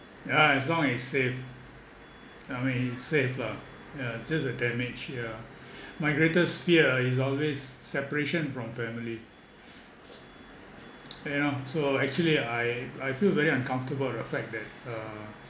ya as long as he's safe I mean he's safe lah yeah it's just a damage ya my greatest fear is always separation from family you know so actually I I feel very uncomfortable the fact that uh